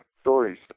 stories